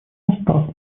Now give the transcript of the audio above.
устав